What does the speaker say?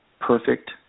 perfect